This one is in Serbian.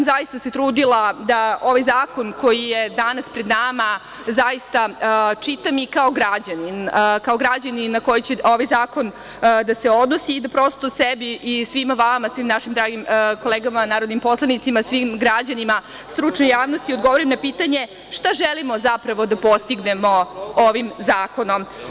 Zaista sam se trudila da ovaj zakon koji je danas pred nama čitam i kao građanin, kao građanin na koji će ovaj zakon da se odnosi i da prosto sebi i svima vama, svim našim dragim kolegama narodnim poslanicima, svim građanima i stručnoj javnosti odgovorim na pitanje šta želimo, zapravo, da postignemo ovim zakonom.